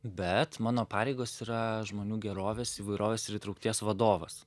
bet mano pareigos yra žmonių gerovės įvairovės ir įtraukties vadovas